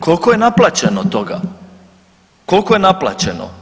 Koliko je naplaćeno od toga, koliko je naplaćeno?